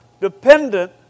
dependent